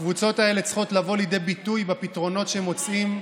הקבוצות האלה צריכות לבוא לידי ביטוי בפתרונות שמוצאים,